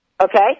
Okay